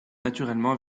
naturellement